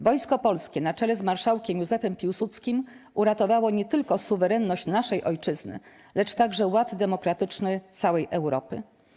Wojsko Polskie, na czele z Marszałkiem Józefem Piłsudskim, uratowało nie tylko suwerenność naszej Ojczyzny, lecz także ład demokratyczny całej Europy.